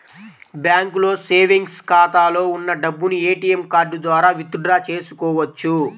బ్యాంకులో సేవెంగ్స్ ఖాతాలో ఉన్న డబ్బును ఏటీఎం కార్డు ద్వారా విత్ డ్రా చేసుకోవచ్చు